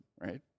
right